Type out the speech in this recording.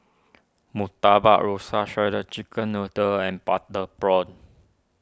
Murtabak Rusa Shredded Chicken Noodles and Butter Prawns